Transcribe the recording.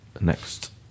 next